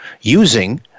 using